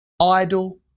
Idle